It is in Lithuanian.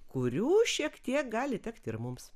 kurių šiek tiek gali tekti ir mums